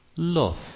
Love